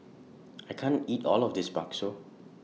I can't eat All of This Bakso